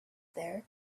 there